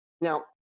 Now